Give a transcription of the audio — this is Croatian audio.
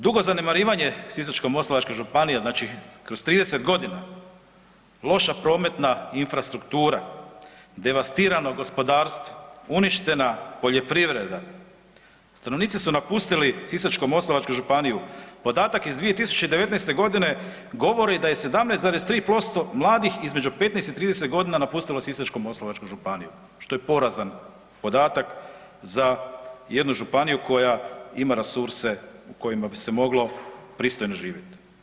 Dugo zanemarivanje Sisačko-moslavačke županije znači kroz 30 godina, loša prometna infrastruktura, devastirano gospodarstvo, uništena poljoprivreda, stanovnici su napustili Sisačko-moslavačku županiju podatak iz 2019. godine govori da je 17,3% mladih između 15 i 30 godina napustilo Sisačko-moslavačku županiju što je porazan podatak za jednu županiju koja ima resurse u kojima bi se moglo pristojno živjeti.